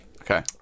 Okay